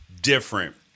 different